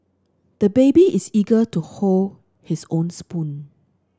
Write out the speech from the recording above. the baby is eager to hold his own spoon